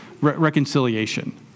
reconciliation